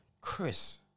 Chris